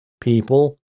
people